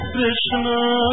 Krishna